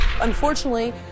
Unfortunately